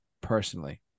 personally